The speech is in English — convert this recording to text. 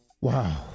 Wow